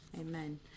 Amen